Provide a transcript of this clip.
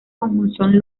conjunción